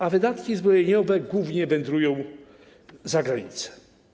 A wydatki zbrojeniowe głównie wędrują za granicę.